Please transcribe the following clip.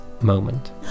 moment